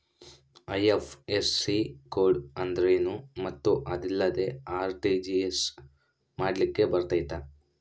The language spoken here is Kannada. ಐ.ಎಫ್.ಎಸ್.ಸಿ ಕೋಡ್ ಅಂದ್ರೇನು ಮತ್ತು ಅದಿಲ್ಲದೆ ಆರ್.ಟಿ.ಜಿ.ಎಸ್ ಮಾಡ್ಲಿಕ್ಕೆ ಬರ್ತೈತಾ?